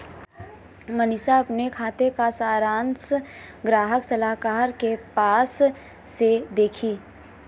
मनीषा अपने खाते का सारांश ग्राहक सलाहकार के पास से देखी